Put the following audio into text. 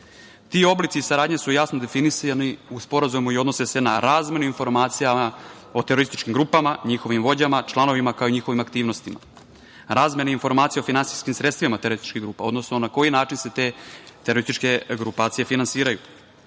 oblici saradnje su jasno definisani u Sporazumu i odnose se na razmenu informacijama o terorističkim grupama, njihovim vođama, članovima, kao i njihovim aktivnostima, razmena informacija o finansijskim sredstvima terorističkih grupa, odnosno na koji način se te terorističke grupacije finansiraju,